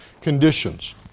conditions